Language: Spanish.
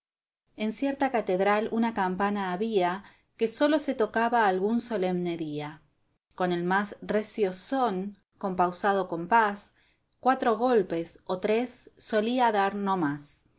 en cierta catedral una campana había que sólo se tocaba algún solemne día con el más recio son con pausado compás cuatro golpes o tres solía dar no más